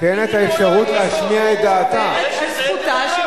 להשמיע את דעתה זה ודאי זכותה?